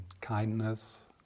kindness